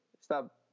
Stop